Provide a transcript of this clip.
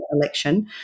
election